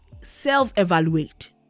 self-evaluate